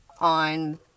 on